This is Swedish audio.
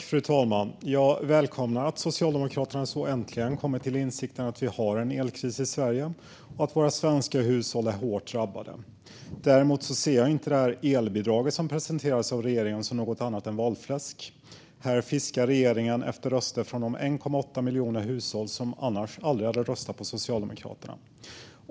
Fru talman! Jag välkomnar att Socialdemokraterna äntligen har kommit till insikten att vi har en elkris i Sverige och att våra svenska hushåll är hårt drabbade. Däremot ser jag inte det elbidrag som har presenterats av regeringen som något annat än valfläsk. Här fiskar regeringen efter röster från de 1,8 miljoner hushåll som annars aldrig skulle ha röstat på Socialdemokraterna.